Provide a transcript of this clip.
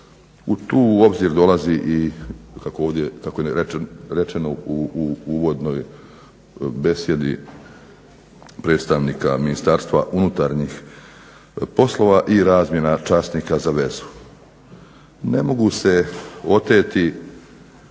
Tu u obzir dolazi kako je rečeno u uvodnoj besjedi predsjednika MUP-a i razmjena časnika za vezu. Ne mogu se oteti